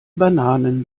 bananen